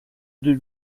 deux